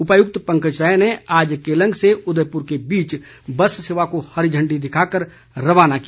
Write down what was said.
उपायुक्त पंकज राय ने आज केलंग से उदयपुर के बीच बस सेवा को हरी इांडी दिखाकर रवाना किया